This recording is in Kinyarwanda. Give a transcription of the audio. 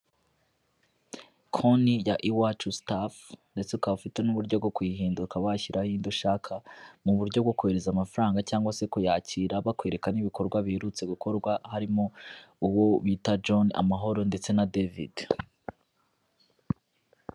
Konti ya iwacu sitafu ndetse ukaba afite n'uburyo bwo kuyihindura ukaka wayishyiraho indi ushaka mu buryo bwo kohereza amafaranga cyangwa se kuyakira bakwekana n'ibikorwa biherutse gukorwa harimo uwo bita John Amahoro ndetse na David.